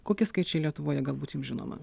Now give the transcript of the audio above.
kokie skaičiai lietuvoje galbūt jum žinoma